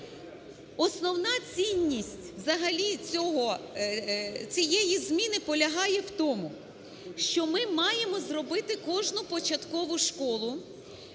Основна цінність взагалі цієї зміни полягає в тому, що ми маємо зробити кожну початкову школу